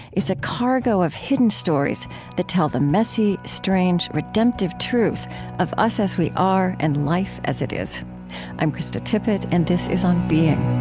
is a cargo of hidden stories that tell the messy, strange, redemptive truth of us as we are and life as it is i'm krista tippett and this is on being